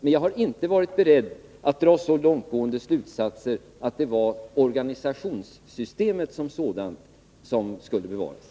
Men jag har inte varit beredd att dra så långtgående slutsatser att jag sagt att det var organisationssystemet som sådant som skulle bevaras.